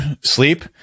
sleep